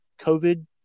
COVID